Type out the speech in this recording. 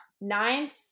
ninth